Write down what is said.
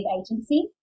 agency